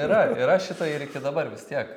yra yra šito ir iki dabar vis tiek